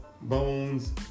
bones